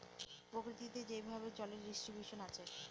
প্রকৃতিতে যেভাবে জলের ডিস্ট্রিবিউশন আছে